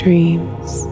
Dreams